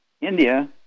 India